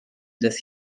des